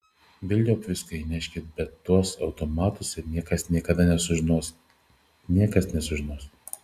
velniop viską įneškit bent tuos automatus ir niekas niekada nesužinos niekas nesužinos